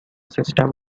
system